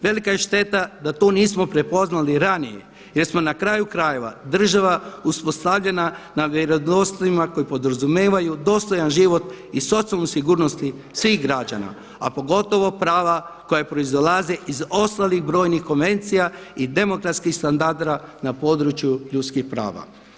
Velika je šteta da to nismo prepoznali ranije jer smo na kraju krajeva država uspostavljena na vjerodostojima koji podrazumijevaju dostojan život i socijalnu sigurnost svih građana a pogotovo prava koja proizlaze iz ostalih brojnih konvencija i demokratskih standarda na području ljudskih prava.